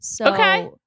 Okay